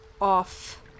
off